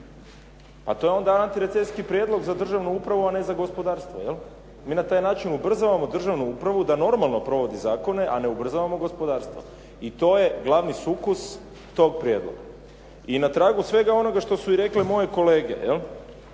A to je onda antirecesijski prijedlog za državnu upravu, a ne za gospodarstvo jel. Mi na taj način ubrzavamo državnu upravu da normalno provodi zakone, a ne ubrzavamo gospodarstvo. I to je glavni sukus tog prijedloga. I na tragu svega onoga što su rekle moje kolege,